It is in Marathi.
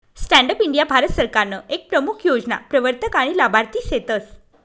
स्टॅण्डप इंडीया भारत सरकारनं इतर प्रमूख योजना प्रवरतक आनी लाभार्थी सेतस